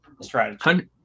Strategy